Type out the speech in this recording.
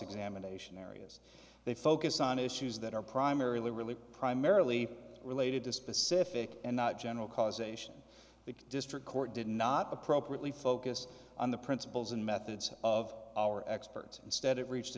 examination areas they focus on issues that are primarily really primarily related to specific and not general causation the district court did not appropriately focus on the principles and methods of our experts instead it reached